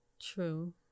True